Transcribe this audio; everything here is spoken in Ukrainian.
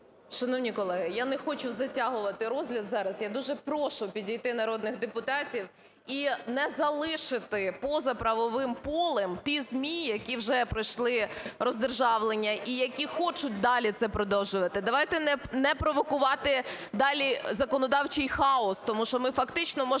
Шановні колеги, я не хочу затягувати розгляд зараз. Я дуже прошу підійти народних депутатів і не залишити поза правовим полем ті ЗМІ, які вже пройшли роздержавлення і які хочуть далі це продовжувати. Давайте не провокувати далі законодавчий хаос, тому що ми фактично можемо